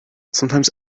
sometimes